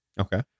Okay